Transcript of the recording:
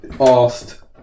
asked